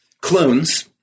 clones